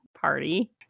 party